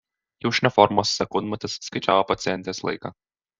kiaušinio formos sekundmatis skaičiavo pacientės laiką